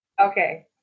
okay